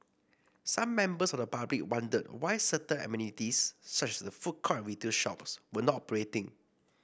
some members of the public wondered why certain amenities such as the food court and retail shops were not operating